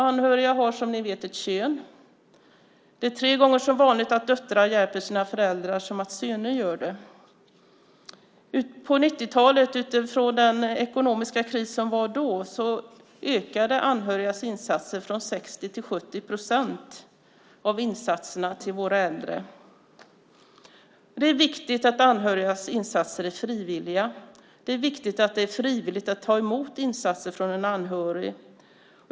Anhöriga har som ni vet ett kön. Det är tre gånger så vanligt att döttrar hjälper sina föräldrar som att söner gör det. På 90-talet ökade anhörigas insatser från 60 till 70 procent av insatserna till våra äldre utifrån den ekonomiska kris som rådde då. Det är viktigt att anhörigas insatser är frivilliga, och det är viktigt att det är frivilligt att ta emot insatser från en anhörig.